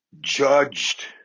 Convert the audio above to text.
judged